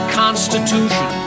constitution